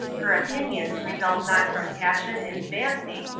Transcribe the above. her opinions result not from passion and fancy,